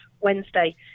Wednesday